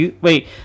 Wait